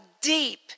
deep